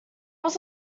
was